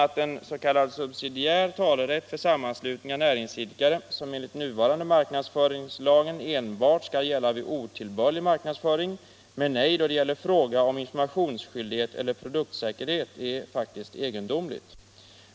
Att en s.k. subsidiär talerätt för sammanslutning av näringsidkare, som enligt den nuvarande marknadsföringslagen, enbart skall gälla vid otillbörlig marknadsföring och inte då det gäller fråga om informationsskyldighet eller produktsäkerhet är egendomligt.